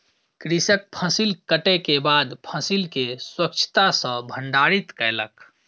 कृषक फसिल कटै के बाद फसिल के स्वच्छता सॅ भंडारित कयलक